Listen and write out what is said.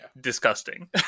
disgusting